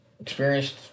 experienced